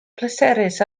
pleserus